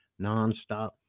nonstop